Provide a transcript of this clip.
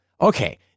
Okay